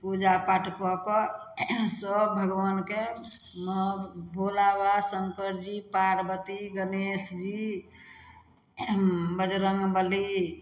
पूजा पाठ कऽ कऽ सब भगवानके भोला बाबा शङ्कर जी पार्वती गणेश जी बजरङ्ग बली